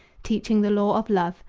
teaching the law of love,